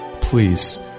please